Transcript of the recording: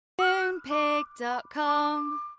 Moonpig.com